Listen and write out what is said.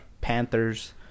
Panthers